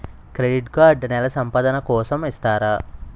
Credit card నెల సంపాదన కోసం ఇస్తారా?